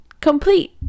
complete